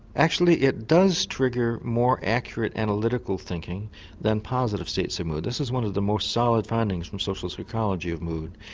actually it does trigger more accurate analytical thinking than positive states of mood. this is one of the most solid findings from social psychology of mood.